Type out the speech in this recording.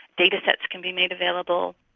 datasets can be made available,